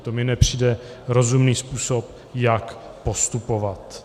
To mi nepřijde rozumný způsob, jak postupovat.